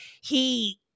he-